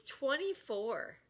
24